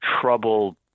trouble